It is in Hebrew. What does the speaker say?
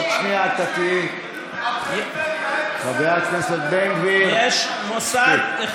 עוד שנייה אתה, חבר הכנסת בן גביר, מספיק.